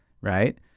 right